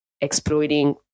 exploiting